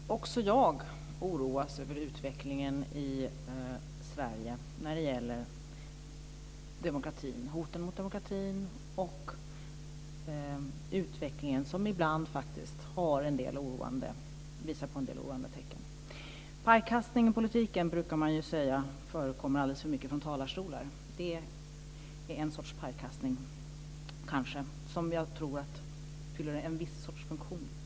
Herr talman! Också jag oroas över utvecklingen i Sverige när det gäller demokratin. Det finns hot mot demokratin, och utvecklingen visar faktiskt ibland på en del oroande tecken. Pajkastning i politiken, brukar man säga, förekommer alldeles för mycket från talarstolar. Det är en sorts pajkastning - med ord - som jag tror fyller en viss funktion.